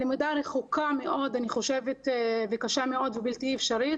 הלמידה רחוקה מאוד וקשה מאוד ובלתי אפשרית